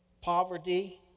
poverty